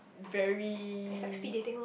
very